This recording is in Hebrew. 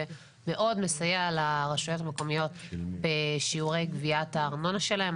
ומאוד מסייע לרשויות המקומיות בשיעורי גביית הארנונה שלהן.